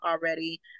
already